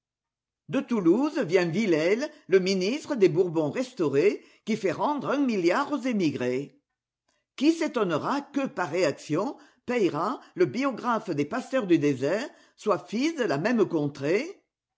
de toulouse vient villèle le ministre des bourbons restaurés qui fait rendre un milliard aux émigrés qui s'étonnera que par réaction peyrat le biographe des pasteurs du désert soit fils de la même contrée